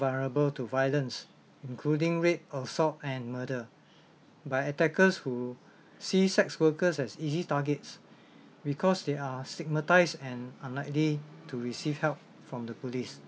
vulnerable to violence including rape assault and murder by attackers who see sex workers as easy targets because they are stigmatize and unlikely to receive help from the police